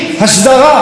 זאת אומרת יש לנו הסכם,